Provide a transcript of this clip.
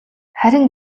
харин